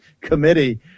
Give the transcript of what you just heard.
committee